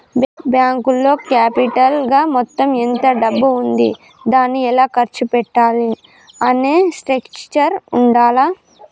బ్యేంకులో క్యాపిటల్ గా మొత్తం ఎంత డబ్బు ఉంది దాన్ని ఎలా ఖర్చు పెట్టాలి అనే స్ట్రక్చర్ ఉండాల్ల